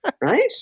right